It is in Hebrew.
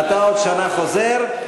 אתה עוד שנה חוזר,